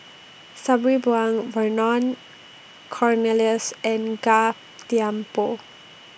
Sabri Buang Vernon Cornelius and Gan Thiam Poh